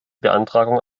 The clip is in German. beantragung